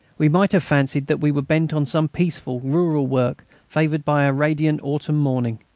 we might have fancied that we were bent on some peaceful rural work favoured by a radiant autumn morning.